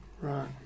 right